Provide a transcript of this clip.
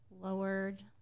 Lowered